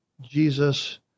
Jesus